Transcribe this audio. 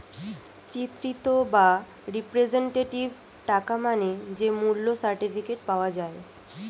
চিত্রিত বা রিপ্রেজেন্টেটিভ টাকা মানে যে মূল্য সার্টিফিকেট পাওয়া যায়